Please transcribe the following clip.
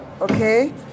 Okay